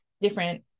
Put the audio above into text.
different